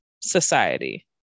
society